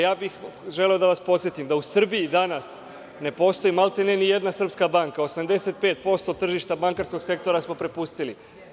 Ja bih želeo da vas podsetim da u Srbiji danas ne postoji maltene ni jedna srpska banka, 85% tržišta bankarskog sektora smo prepustili.